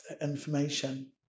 information